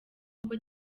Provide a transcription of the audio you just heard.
uko